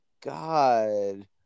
God